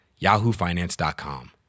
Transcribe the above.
yahoofinance.com